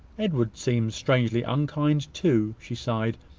edward seems strangely unkind too, she sighed,